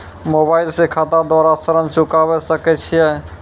Mobile से खाता द्वारा ऋण चुकाबै सकय छियै?